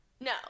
no